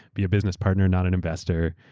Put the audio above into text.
be a business partner, not an investor.